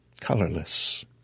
colorless